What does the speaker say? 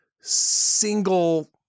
single